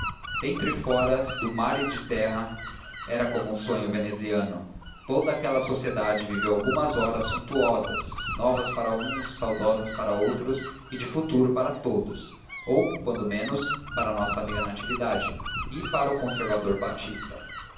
dentro e fora do mar e de terra era como um sonho veneziano toda aquela sociedade viveu algumas horas suntuosas novas para uns saudosas para outros e de futuro para todos ou quando menos para a nossa amiga natividade e para o conservador batista